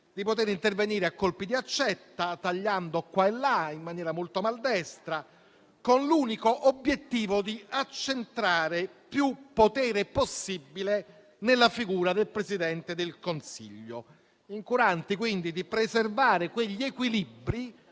di poter intervenire a colpi di accetta, tagliando qua e là in maniera molto maldestra, con l'unico obiettivo di accentrare più potere possibile nella figura del Presidente del Consiglio, incuranti quindi di preservare quegli equilibri